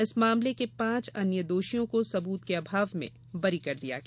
इस मामले के पांच अन्य दोषियों को सबूत के अभाव में बरी कर दिया गया